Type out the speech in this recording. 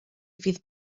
fydd